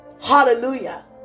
Hallelujah